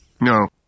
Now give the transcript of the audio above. No